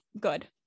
good